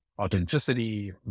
authenticity